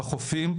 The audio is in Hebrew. בחופים,